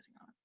on